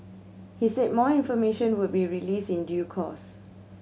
he said more information would be released in due course